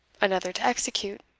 another to execute.